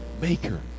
maker